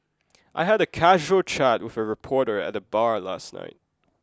I had a casual chat with a reporter at the bar last night